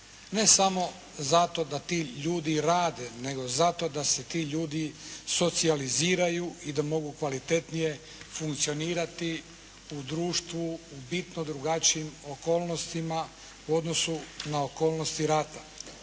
ne samo zato da ti ljudi rade nego zato da se ti ljudi socijaliziraju i da mogu kvalitetnije funkcionirati u društvu u bitno drugačijim okolnostima u odnosu na okolnosti rata.